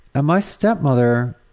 and my stepmother